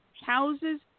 houses